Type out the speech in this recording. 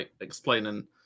explaining